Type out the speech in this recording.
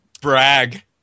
brag